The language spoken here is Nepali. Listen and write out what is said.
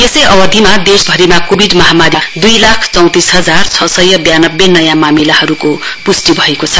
यसै अवधिमा देशभरिमा कोविड महामारीका दुइ लाख चौंतिस हजार छ सय व्याननब्बे नयाँ मामिलाहरूको पुष्टि भएको छ